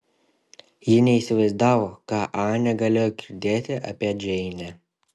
ji neįsivaizdavo ką anė galėjo girdėti apie džeinę